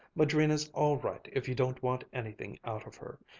madrina's all right if you don't want anything out of her.